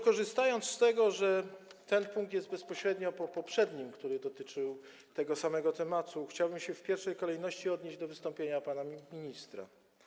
Korzystając z tego, że ten punkt jest bezpośrednio po poprzednim, który dotyczył tego samego tematu, chciałbym w pierwszej kolejności odnieść się do wystąpienia pana ministra.